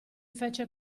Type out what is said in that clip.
fece